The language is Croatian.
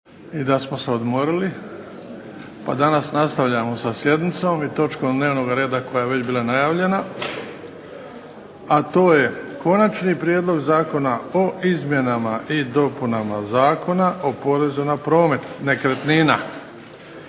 i da smo se odmarali pa danas nastavljamo sa sjednicom i točkom dnevnoga reda koja je već bila najavljena, a to je - Konačni prijedlog zakona o izmjenama i dopunama Zakona o porezu na promet nekretnina,